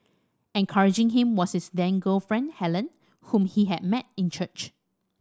encouraging him was his then girlfriend Helen whom he had met in church